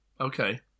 Okay